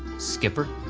skipper,